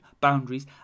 boundaries